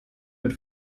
mit